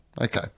Okay